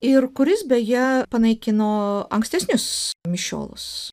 ir kuris beje panaikino ankstesnius mišiolus